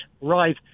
right